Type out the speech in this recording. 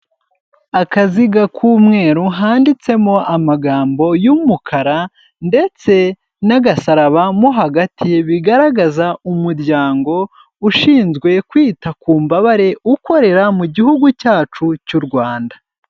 Akaziga k'umweru handitsemo amagambo y'umukara ndetse n'agasaraba mo hagati bigaragaza umuryango ushinzwe kwita ku mbabare ukorera mu gihugu cyacu cy'u rwanda.